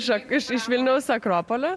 iš vilniaus akropolio